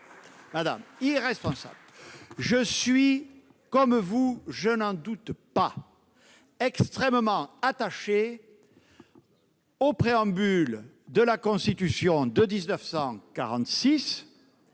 Oui, irresponsable, madame ! Comme vous, je n'en doute pas, je suis extrêmement attaché au préambule de la Constitution de 1946